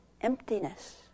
emptiness